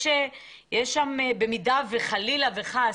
אם החברות האלה, חלילה וחס,